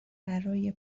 برای